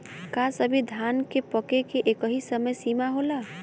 का सभी धान के पके के एकही समय सीमा होला?